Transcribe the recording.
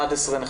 10:54.